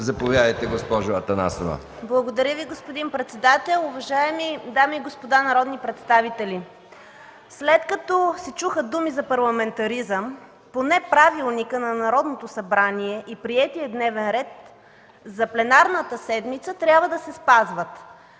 ДЕСИСЛАВА АТАНАСОВА (ГЕРБ): Благодаря Ви, господин председател. Уважаеми дами и господа народни представители! След като се чуха думи за парламентаризъм – поне Правилникът на Народното събрание и приетият дневен ред за пленарната седмица, трябва да се спазват.